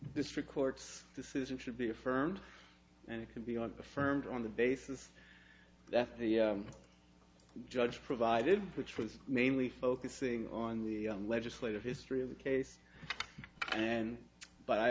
district court's decision should be affirmed and it can be on affirmed on the basis that the judge provided which was mainly focusing on the legislative history of the case but i